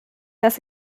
dass